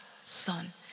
Son